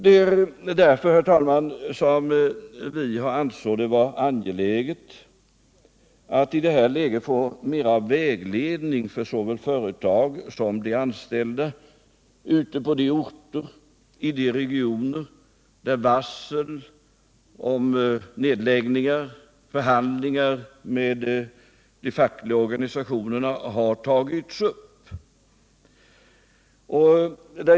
Det är därför, herr talman, som vi har ansett det vara angeläget att i det nuvarande läget få mera vägledning för såväl företag som anställda på de orter och i de regioner där varsel om nedläggningar har förekommit och förhandlingar med de fackliga organisationerna har tagits upp.